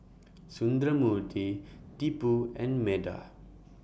Sundramoorthy Tipu and Medha